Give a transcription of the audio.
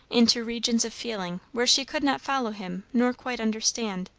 into regions of feeling where she could not follow him nor quite understand,